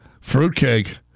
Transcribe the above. fruitcake